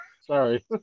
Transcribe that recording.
sorry